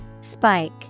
Spike